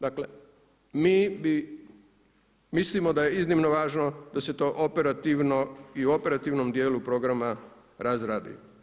Dakle, mi bi mislimo da je iznimno važno da se to operativno i u operativnom dijelu programa razradi.